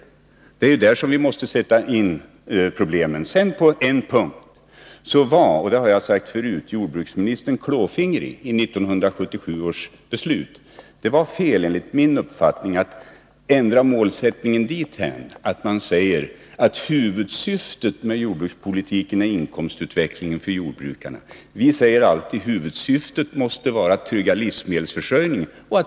Det är där som vi måste sätta in åtgärderna. På en punkt var — det har jag sagt förut — jordbruksministern klåfingrig i 1977 års beslut. Det var enligt min uppfattning fel att ändra målsättningen dithän att man säger att huvudsyftet med jordbrukspolitiken är att garantera inkomstutvecklingen för jordbrukarna. Vi säger att huvudsyftet alltid måste vara att trygga livsmedelsförsörjningen.